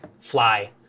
fly